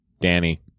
Danny